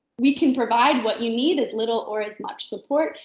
we can provide what you need as little or as much support,